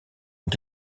ont